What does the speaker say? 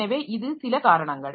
எனவே இது சில காரணங்கள்